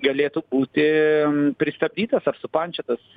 galėtų būti pristabdytas aš supančiotas